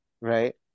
right